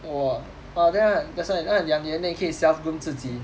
oh !wah! !wah! then right that's why 那两年内可以 self-groom 自己